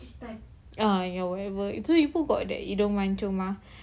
ah ya whatever so ibu got that hidung mancung mah